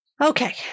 Okay